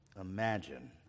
imagine